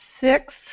six